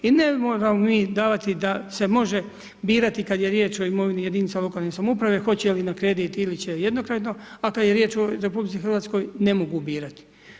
I ne možemo mi davati da se može birati kad je riječ o imovini jedinica lokalne samouprave, hoće li na kredit ili će jednokratno a kad je riječ o RH, ne mogu birati.